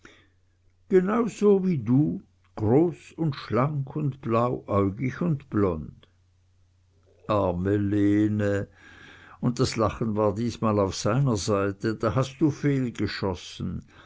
genauso wie du groß und schlank und blauäugig und blond arme lene und das lachen war diesmal auf seiner seite da hast du fehlgeschossen